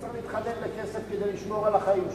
והוא צריך להתחנן לכסף כדי לשמור על החיים שלו.